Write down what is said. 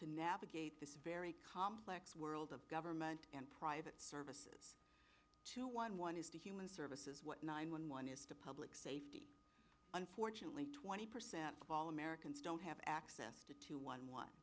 to navigate this very complex world of government and private services to one one is to human services what nine one one is to public safety unfortunately twenty percent of all americans don't have access to two one